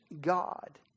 God